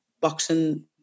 boxing